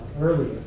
earlier